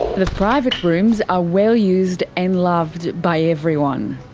the private rooms are well used and loved by everyone.